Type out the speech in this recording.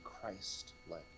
Christ-like